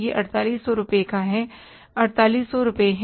यह 4800 रुपये मूल्य का है 4800 रुपये है